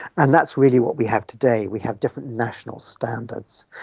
and that's really what we have today, we have different national standards.